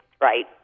right